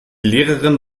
lehrerin